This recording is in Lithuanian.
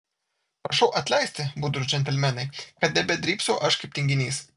prašau atleisti budrūs džentelmenai kad tebedrybsau aš kaip tinginys